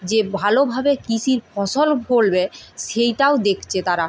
যে ভালোভাবে কৃষির ফসল ফলবে সেইটাও দেখছে তারা